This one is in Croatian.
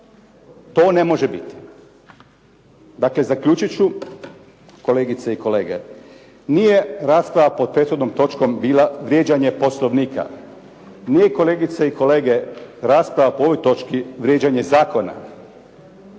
To ne može biti. Dakle, zaključiti ću, kolegice i kolege, nije rasprava pod prethodnom točkom bila vrijeđanje Poslovnika, nije kolegice i kolege, rasprava po ovoj točki vrijeđanje zakona.